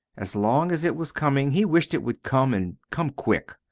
as long as it was coming he wished it would come, and come quick.